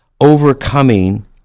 overcoming